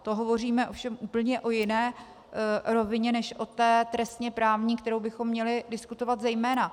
To hovoříme ovšem úplně o jiné rovině než o té trestněprávní, kterou bychom měli diskutovat zejména.